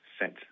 set